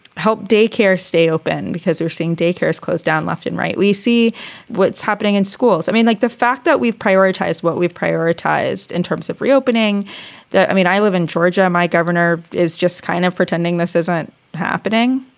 help daycare stay open because they're seeing daycare is closed down, left and right. we see what's happening in schools. i mean, like the fact that we've prioritized what we've prioritized in terms of reopening that. i mean, i live in georgia. my governor is just kind of pretending this isn't happening.